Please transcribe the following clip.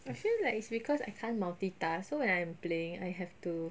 I feel like it's because I can't multitask so when I am playing I have to